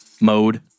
mode